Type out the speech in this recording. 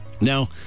Now